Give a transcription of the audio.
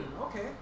okay